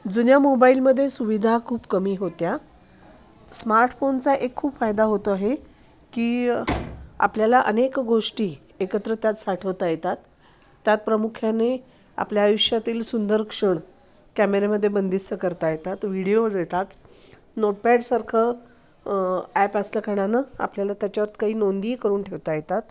जुन्या मोबाईलमध्ये सुविधा खूप कमी होत्या स्मार्टफोनचा एक खूप फायदा होतो आहे की आपल्याला अनेक गोष्टी एकत्र त्यात साठवता येतात त्यात प्रामुख्याने आपल्या आयुष्यातील सुंदर क्षण कॅमेऱ्यामध्ये बंदिस्त करता येतात व्हिडिओज येतात नोटपॅडसारखं ॲप असल्या कारणानं आपल्याला त्याच्यात काही नोंदीही करून ठेवता येतात